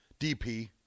DP